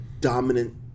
dominant